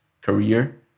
career